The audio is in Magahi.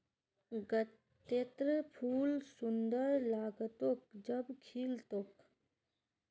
गत्त्रर फूल सुंदर लाग्तोक जब खिल तोक